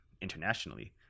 internationally